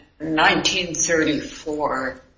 1934